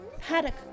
Paddock